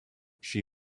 she